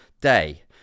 day